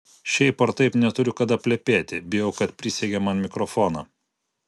šiaip ar taip neturiu kada plepėti bijau kad prisegė man mikrofoną